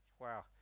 Wow